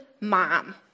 mom